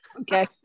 Okay